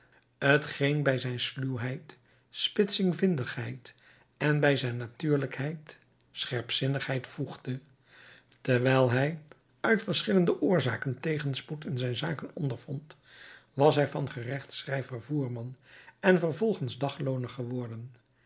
t geen bij zijn sluwheid spitsvindigheid en bij zijn natuurlijkheid scherpzinnigheid voegde dewijl hij uit verschillende oorzaken tegenspoed in zijn zaken ondervond was hij van gerechtsschrijver voerman en vervolgens daglooner geworden